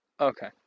Okay